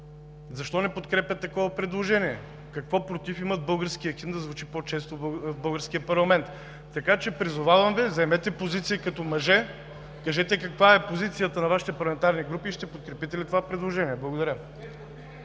защо не подкрепят такова предложение? Какво против имат българския химн да звучи по често в българския парламент? Призовавам ви – вземете позиция като мъже, кажете каква е позицията на Вашите парламентарни групи и ще подкрепите ли това предложение? Благодаря.